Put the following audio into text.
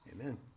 Amen